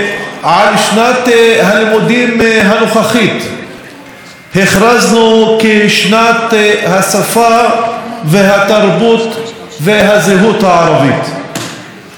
על שנת הלימודים הנוכחית הכרזנו כשנת השפה והתרבות והזהות הערבית.